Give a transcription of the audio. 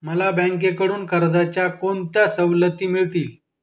मला बँकेकडून कर्जाच्या कोणत्या सवलती मिळतील?